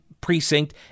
precinct